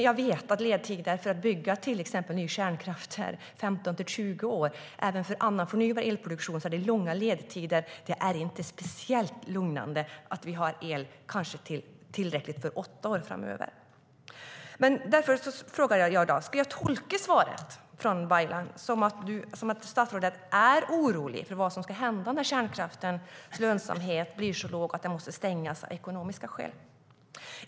Jag vet att ledtiderna för att bygga till exempel ny kärnkraft är 15-20 år, och även för förnybar elproduktion är det fråga om långa ledtider. Det är inte speciellt lugnande att vi har tillräckligt med el för kanske åtta år framåt. Ska jag tolka svaret från Baylan som att statsrådet är orolig för vad som ska hända när kärnkraftens lönsamhet blir så låg att den måste stängas av ekonomiska skäl?